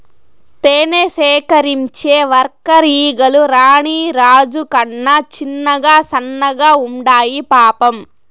తేనె సేకరించే వర్కర్ ఈగలు రాణి రాజు కన్నా చిన్నగా సన్నగా ఉండాయి పాపం